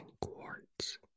quartz